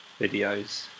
videos